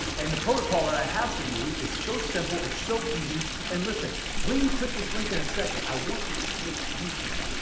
and the protocol that i have for you is so simple. it's so easy. and listen. when you click this link in a second, i want you to pay attention.